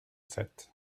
sept